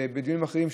ובדיונים אחרים,